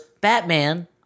Batman